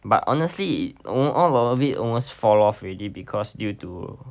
but honestly i~ all of it almost fall off already because due to